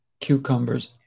cucumbers